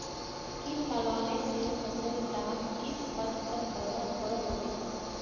किट लगाले से फसल डाक किस हद तक बर्बाद करो होबे?